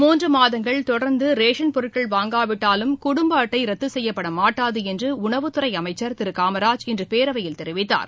மூன்று மாதங்கள் தொடர்ந்து ரேஷன் பொருட்கள் வாங்காவிட்டாலும் குடும்ப அட்டை ரத்து செய்யப்பட மாட்டாது என்று உணவுத்துறை அமைச்சர் திரு காமராஜ் இன்று பேரவையில் தெரிவித்தார்